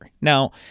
Now